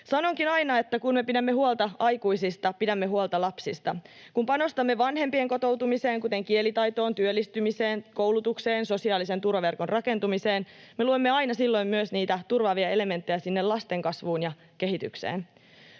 Sanonkin aina, että kun me pidämme huolta aikuisista, pidämme huolta lapsista. Kun panostamme vanhempien kotoutumiseen, kuten kielitaitoon, työllistymiseen, koulutukseen, sosiaalisen turvaverkon rakentumiseen, me luomme aina silloin myös niitä turvaavia elementtejä sinne lasten kasvuun ja kehitykseen.